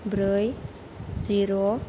ब्रै जिर'